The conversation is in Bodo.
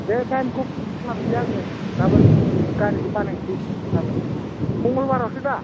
दे टाइमखौ खालामनोसै आङो गाबोन गारिखौ बानायनोसै गाबोन मंगलबारावसोदा